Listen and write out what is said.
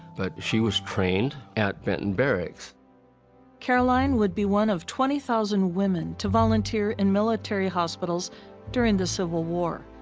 but she was trained at benton barracks. narrator caroline would be one of twenty thousand women to volunteer in military hospitals during the civil war.